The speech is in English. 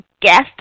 guest